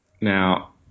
now